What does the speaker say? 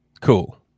cool